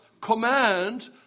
command